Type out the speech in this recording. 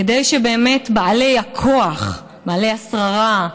כדי שבאמת בעלי הכוח, בעלי השררה,